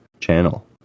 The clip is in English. channel